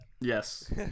Yes